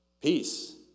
peace